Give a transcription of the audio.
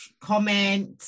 comment